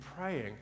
praying